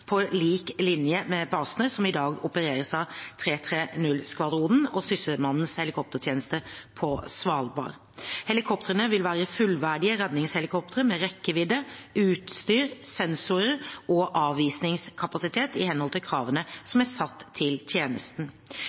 på lik linje med basene som i dag opereres av 330-skvadronen og Sysselmannens helikoptertjeneste på Svalbard. Helikoptrene vil være fullverdige redningshelikoptre med rekkevidde, utstyr, sensorer og avisingskapasitet i henhold til kravene som er satt til tjenesten.